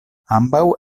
ambaŭ